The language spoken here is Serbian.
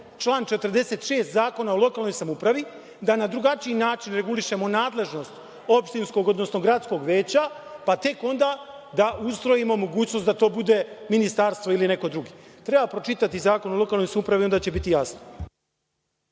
član 46. Zakona o lokalnoj samoupravi, da na drugačiji način regulišemo nadležnost opštinskog, odnosno gradskog veća, pa tek onda da ustrojimo mogućnost da to bude Ministarstvo ili neko drugi. Treba pročitati Zakon o lokalnoj samoupravi i onda će biti jasno.